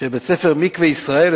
שבית-הספר "מקווה ישראל",